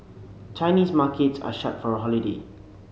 Chinese markets are shut for a holiday